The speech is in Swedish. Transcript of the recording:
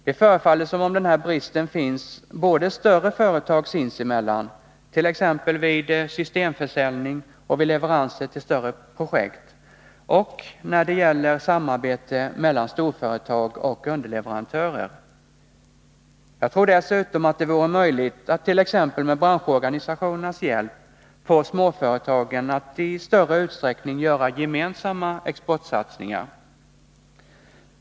Det förefaller som om den bristen finns både större företag emellan, t.ex. vid systemförsäljning och vid leveranser till större projekt, och när det gäller samarbete mellan storföretag och underleverantörer. Jag tror dessutom att det vore möjligt att, t.ex. med branschorganisationernas hjälp, få småföretagen att i större utsträckning göra gemensamma exportsatsningar.